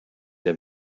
der